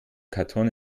karton